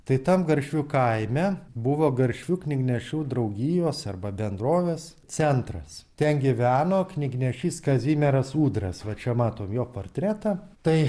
tai tam garšvių kaime buvo garsių knygnešių draugijos arba bendrovės centras ten gyveno knygnešys kazimieras ūdras va čia matom jo portretą tai